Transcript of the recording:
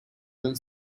and